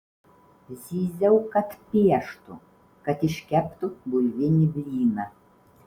zyziau kad pieštų kad iškeptų bulvinį blyną